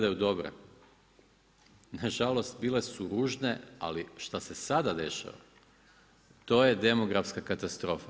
Na žalost bile su ružne, ali šta se sada dešava to je demografska katastrofa.